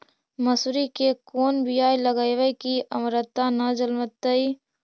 मसुरी के कोन बियाह लगइबै की अमरता न जलमतइ?